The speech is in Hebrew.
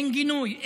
אין גינוי,